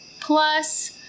plus